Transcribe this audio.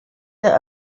der